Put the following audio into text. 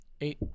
Eight